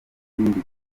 n’ibindi